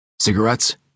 Cigarettes